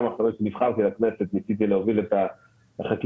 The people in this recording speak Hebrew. גם אחרי שנבחרתי לכנסת ניסיתי להוביל את החקיקה